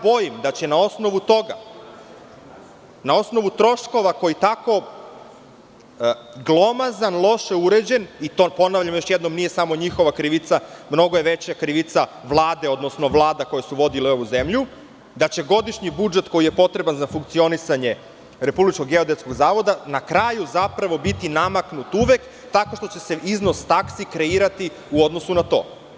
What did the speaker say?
Bojim se da će na osnovu toga, na osnovu troškova koji je tako glomazno i loše uređen, ponavljam to još jednom, nije to samo njihova krivica, mnogo je veća krivica Vlade, odnosno vlada koje su vodile ovu zemlju, da će godišnji budžet koji je potreban za funkcionisanje Republičkog geodetskog zavoda na kraju, zapravo, biti namaknut uvek, tako što će se iznos taksi kreirati u odnosu na to.